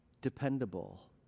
dependable